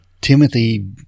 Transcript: Timothy